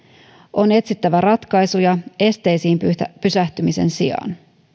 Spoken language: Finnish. on etsittävä ratkaisuja esteisiin pysähtymisen sijaan